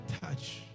touch